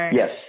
yes